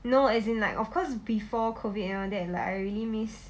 no as in like of course before COVID and around that like I already miss